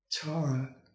Tara